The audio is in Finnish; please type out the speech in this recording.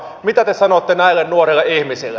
mitä te sanotte näille nuorille ihmisille